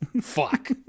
fuck